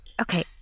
Okay